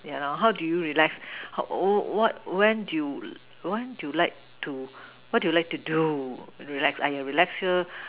ya lah how do you relax how when what when you what you like to do !aiya! relax relax here